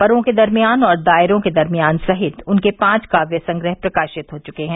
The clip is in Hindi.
परों के दरमियान और दायरों के दरमियान सहित उनके पांच काव्य संग्रह प्रकाशित हो चुके हैं